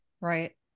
Right